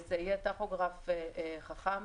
זה יהיה טכוגרף חכם,